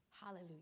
hallelujah